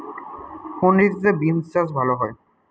কোন ঋতুতে বিন্স চাষ ভালো হয়?